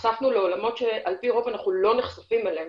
נחשפנו לעולמות שעל פי רוב אנחנו לא נחשפים אליהן.